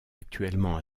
actuellement